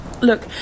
Look